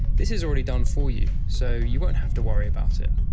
this is already done for you so you won't have to worry about it.